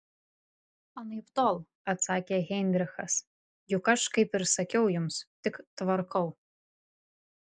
anaiptol atsakė heinrichas juk aš kaip ir sakiau jums tik tvarkau